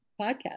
podcast